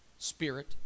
Spirit